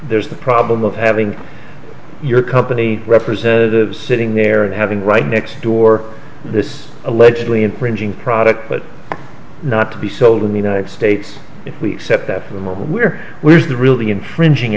there's the problem of having your company representatives sitting there and having right next door this allegedly infringing product but not to be sold in the united states if we accept that for the moment we're really infringing